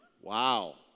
Wow